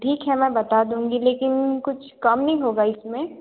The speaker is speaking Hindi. ठीक है मैं बता दूँगी लेकिन कुछ कम नहीं होगा इसमें